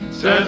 Says